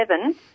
seven